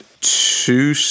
two